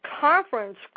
conference